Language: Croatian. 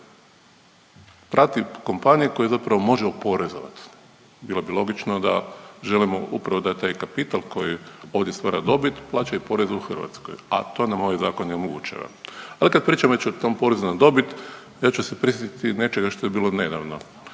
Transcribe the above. prati kompanije koje zapravo može oporezovat. Bilo bi logično da želimo upravo da taj kapital koji ovdje stvara dobit plaća i porez u Hrvatskoj, a to nam ovaj zakon ne omogućava. Ali kad pričam već o tom porezu na dobit ja ću se prisjetiti nečega što je bilo nedavno.